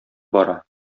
бара